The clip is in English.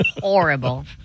horrible